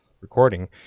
recording